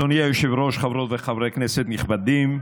אדוני היושב-ראש, חברות וחברי כנסת נכבדים,